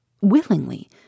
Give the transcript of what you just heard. Willingly